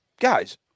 guys